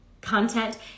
content